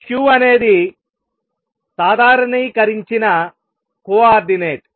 q అనేది సాధారణీకరించిన coordinate